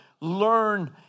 learn